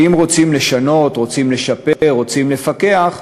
ואם רוצים לשנות, רוצים לשפר, רוצים לפקח,